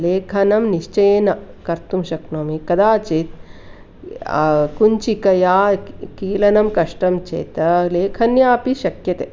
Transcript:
लेखनं निश्चयेन कर्तुं शक्नोमि कदाचित् कुञ्चिकया की कीलनं कष्टं चेत् लेखन्या अपि शक्यते